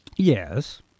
Yes